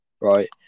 right